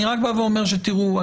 תראו,